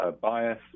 bias